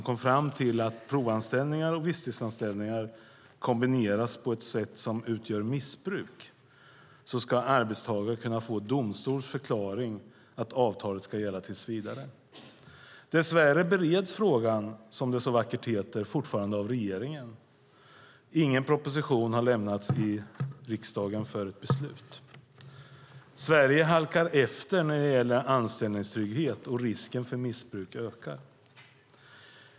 Där framgick att om provanställningar och visstidsanställningar kombineras på ett sätt som utgör missbruk ska arbetstagare kunna få domstols förklaring att avtalet ska gälla tills vidare. Dess värre bereds frågan, som det så vackert heter, fortfarande av regeringen. Ingen proposition har lämnats till riksdagen för beslut. Sverige halkar efter när det gäller anställningstrygghet, och risken för missbruk ökar.